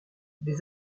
des